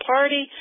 Party